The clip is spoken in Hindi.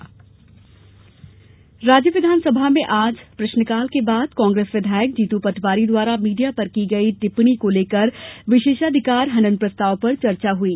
पटवारी हनन राज्य विधानसभा में आज प्रश्नकाल के बाद कांग्रेस विधायक जीतू पटवारी द्वारा मीडिया पर की गई टिप्पणी को लेकर विशेषाधिकार हनन प्रस्ताव पर चर्चा हुई